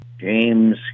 James